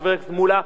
חבר הכנסת מולה.